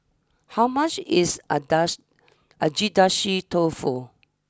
how much is Adashi Agedashi Dofu